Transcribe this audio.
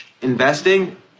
investing